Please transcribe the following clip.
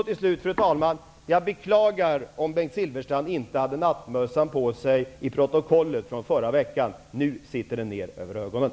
Till slut, fru talman: Jag beklagar om Bengt Silfverstrand inte hade nattmössan på sig enligt protokollet från förra veckan. Nu är den neddragen över ögonen.